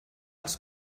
els